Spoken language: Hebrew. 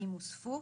אם הוספו,